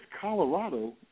Colorado –